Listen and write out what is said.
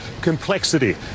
complexity